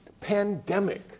pandemic